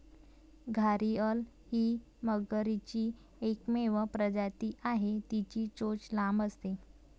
घारीअल ही मगरीची एकमेव प्रजाती आहे, तिची चोच लांब असते